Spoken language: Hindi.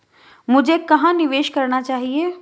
मुझे कहां निवेश करना चाहिए?